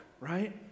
right